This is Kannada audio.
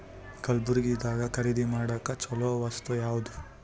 ಕಲಬುರ್ಗಿದಾಗ ಖರೀದಿ ಮಾಡ್ಲಿಕ್ಕಿ ಚಲೋ ವಸ್ತು ಯಾವಾದು?